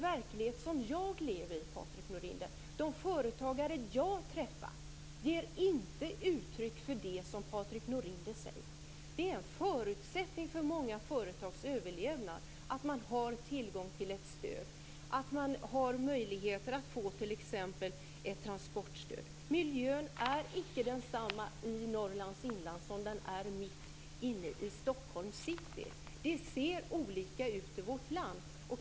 De företagare jag har träffat i den verklighet som jag lever i ger inte uttryck för det som Patrik Norinder säger. Det är en förutsättning för många företags överlevnad att de t.ex. har möjlighet att få ett transportstöd. Miljön är icke densamma i Norrlands inland som den är mitt inne i Stockholms City. Det ser olika ut i vårt land.